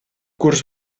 curs